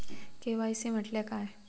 KYC म्हटल्या काय?